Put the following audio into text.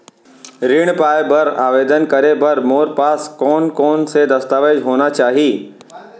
ऋण पाय बर आवेदन करे बर मोर पास कोन कोन से दस्तावेज होना चाही?